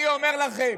אני אומר לכם,